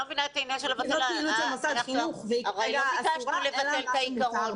לא ביקשנו לבטל את העיקרון.